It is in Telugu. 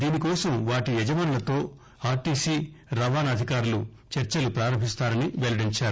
దీనికోసం వాటి యజమానులతో ఆర్ట్సీ రవాణా అధికారులు చర్చలు పారంభిస్తారని తెలిపారు